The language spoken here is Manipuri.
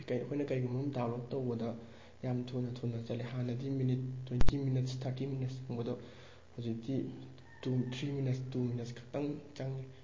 ꯑꯩꯈꯣꯏꯅ ꯀꯩꯒꯨꯝꯕ ꯑꯃ ꯗꯥꯎꯟꯂꯣꯗ ꯇꯧꯕꯗ ꯌꯥꯝ ꯊꯨꯅ ꯊꯨꯅ ꯆꯠꯂꯦ ꯍꯥꯟꯅꯗꯤ minute twenty minutes thirty minutes ꯀꯨꯝꯕꯗꯣ ꯍꯧꯖꯤꯛꯇꯤ two three minutes two minutes ꯈꯛꯇꯪ ꯆꯪꯉꯦ